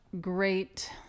great